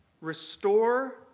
restore